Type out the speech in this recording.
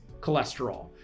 cholesterol